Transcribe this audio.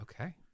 Okay